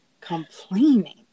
complaining